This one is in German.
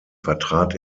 vertrat